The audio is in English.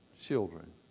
children